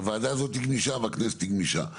הוועדה הזאת היא גמישה, והכנסת היא גמישה.